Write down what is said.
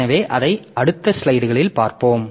எனவே அதை அடுத்த ஸ்லைடில் பார்ப்போம்